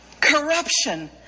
corruption